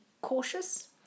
cautious